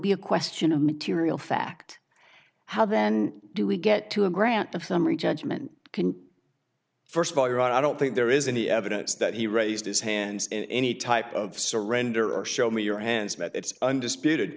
be a question of material fact how then do we get to a grant of summary judgment can first of all you i don't think there is any evidence that he raised his hands in any type of surrender or show me your hands but it's undisputed